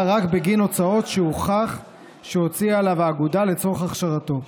רק בגין הוצאות שהוכח שהוציאה עליו האגודה לצורך הכשרתו.